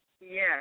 Yes